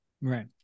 Right